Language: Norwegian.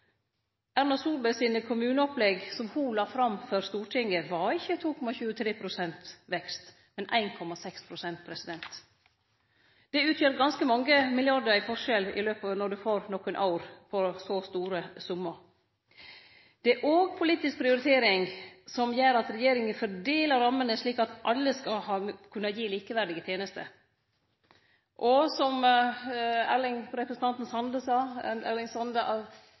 Erna Solberg sine kommuneopplegg – som ho la fram for Stortinget – var ikkje 2,23 pst. vekst, men 1,6 pst. Det utgjer ganske mange milliardar i forskjell når du får nokre år på så store summar. Det er òg ei politisk prioritering som gjer at regjeringa fordeler rammene slik at alle skal kunne gi likeverdige tenester. Og som representanten Erling Sande sa,